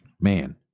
Man